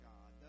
God